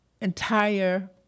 entire